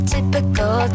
Typical